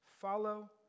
follow